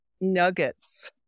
nuggets